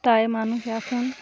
তাই মানুষ এখন